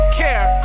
care